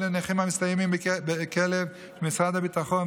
או לנכים המסתייעים בכלב ממשרד הביטחון,